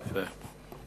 איוב קרא, יפה.